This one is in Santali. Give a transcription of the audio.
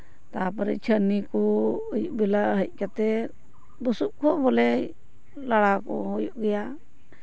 ᱛᱟᱨᱯᱚᱨᱮ ᱪᱷᱟᱹᱱᱤ ᱠᱚ ᱟᱹᱭᱩᱵ ᱵᱮᱞᱟ ᱦᱮᱡ ᱠᱟᱛᱮᱫ ᱵᱩᱥᱩᱵ ᱠᱚᱦᱚᱸ ᱵᱚᱞᱮ ᱞᱟᱲᱟᱣ ᱠᱚ ᱦᱩᱭᱩᱜ ᱜᱮᱭᱟ